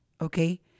okay